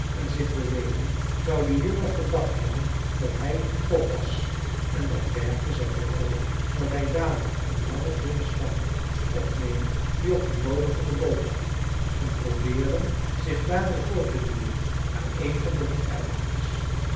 en zich bewegen zou de jongen gedacht hebben dat hij een pop was en dat dwergje zei peer ola dat hij dadelijk een lange dunne stang moest opnemen die op den bodem van de boot lag en probeeren zich daarmee voort te duwen naar een van de